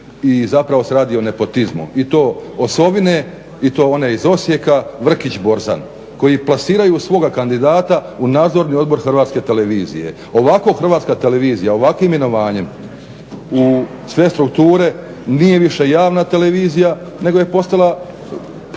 i zapravo se radi o nepotizmu. I to osovine, i to one iz Osijeka Vrkić-Borzan koji plasiraju svoga kandidata u Nadzorni odbor HRT-a. Ovako HRT ovakvim imenovanjem u sve strukture nije više javna televizija nego je postala